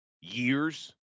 years